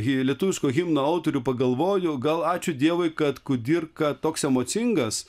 jį lietuviško himno autorių pagalvoju gal ačiū dievui kad kudirka toks emocingas